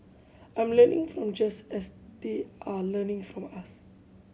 I am learning from just as they are learning from us